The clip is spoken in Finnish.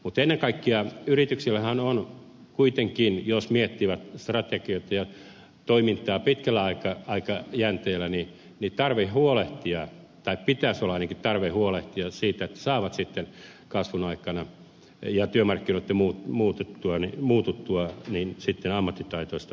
mutta ennen kaikkea yrityksillähän on kuitenkin jos ne miettivät strategioita ja toimintaa pitkällä aika aikaa jää vielä niin aikajänteellä tarve huolehtia tai ainakin pitäisi olla tarve huolehtia siitä että saavat sitten kasvun aikana ja työmarkkinoitten muututtua ammattitaitoista työvoimaa